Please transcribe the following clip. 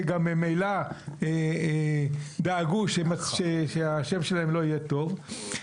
שגם ממילא דאגו ששמם לא יהיה טוב.